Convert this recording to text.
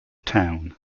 town